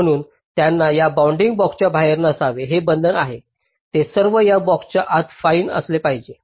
म्हणूनच त्यांना या बाँडिंग बॉक्सच्या बाहेर नसावे जे बंधन आहे ते सर्व या बॉक्सच्या आत फाईन असले पाहिजेत